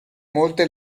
molte